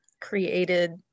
created